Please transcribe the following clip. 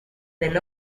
del